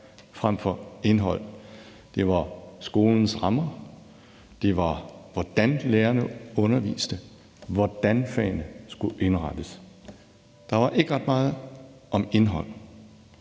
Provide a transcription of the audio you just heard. frem for indhold. Det var skolens rammer, det var, hvordan lærerne underviste, og hvordan fagene skulle indrettes. Der var ikke ret meget om indhold,